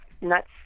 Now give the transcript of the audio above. nuts